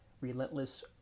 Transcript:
relentless